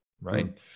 Right